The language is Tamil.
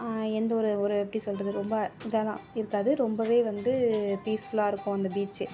எந்த ஒரு ஒரு எப்படி சொல்றது ரொம்ப இதாகலாம் இருக்காது ரொம்பவே வந்து பீஸ்ஃபுல்லாக இருக்கும் அந்த பீச்